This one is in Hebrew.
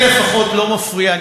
אני לפחות לא מפריע.